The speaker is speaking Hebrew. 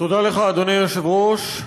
תודה לך, אדוני היושב-ראש.